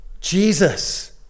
Jesus